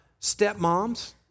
stepmoms